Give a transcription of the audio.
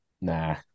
Nah